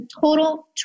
total